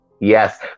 Yes